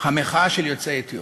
המחאה של יוצאי אתיופיה.